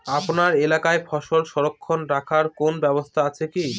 আপনার এলাকায় ফসল সংরক্ষণ রাখার কোন ব্যাবস্থা আছে কি?